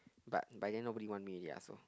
but by then nobody want me ya so